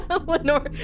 Lenore